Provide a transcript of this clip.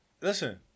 Listen